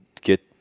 get